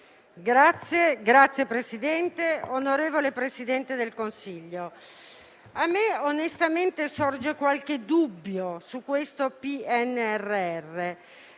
Signor Presidente, onorevole Presidente del Consiglio, a me onestamente sorge qualche dubbio su questo PNRR.